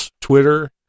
Twitter